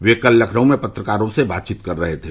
वह कल लखनऊ में पत्रकारों से बातचीत कर रहे थे